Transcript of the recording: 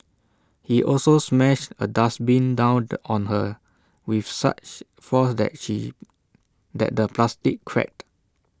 he also smashed A dustbin down on her with such force that she that the plastic cracked